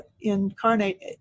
Incarnate